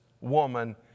woman